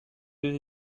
deux